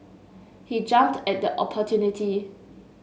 he jumped at the opportunity